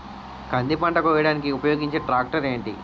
కంది పంట కోయడానికి ఉపయోగించే ట్రాక్టర్ ఏంటి?